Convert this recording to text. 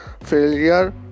failure